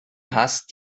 hast